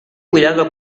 cuidado